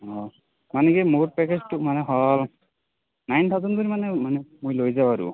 অঁ মানে কি মোৰ পেকেজটো মানে হ'ল নাইন থাউজেণ্ড যদি মানে মই মই লৈ যাওঁ আৰু